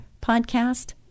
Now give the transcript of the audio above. podcast